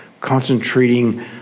concentrating